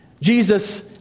Jesus